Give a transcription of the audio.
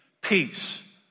peace